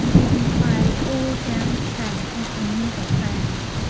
you can try it all down the train it never fails.